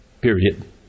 period